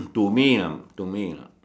to me lah to me lah